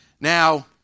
Now